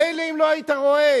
מילא אם לא היית רואה